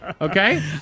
okay